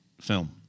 film